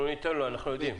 אנחנו ניתן לו, אנחנו יודעים.